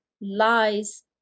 lies